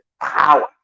power